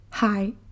Hi